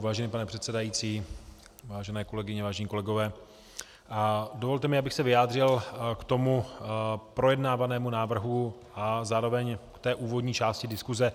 Vážený pane předsedající, vážené kolegyně, vážení kolegové, dovolte mi, abych se vyjádřil k projednávanému návrhu a zároveň úvodní části diskuse.